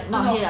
oh no